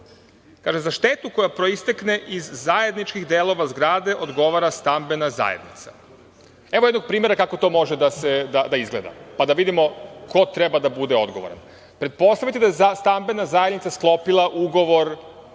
Kaže: za štetu koja proistekne iz zajedničkih delova zgrade odgovara stambena zajednica. Evo jednog primera kako to može da izgleda, pa da vidimo ko treba da bude odgovoran. Pretpostavite da je stambena zajednica sklopila ugovor